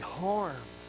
harm